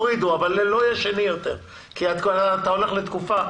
הורידו אבל לא יהיו שניים יותר כי אתה הולך לתקופה.